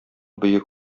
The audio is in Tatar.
бөек